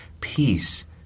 Peace